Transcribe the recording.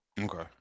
Okay